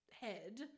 head